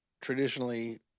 traditionally